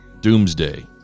doomsday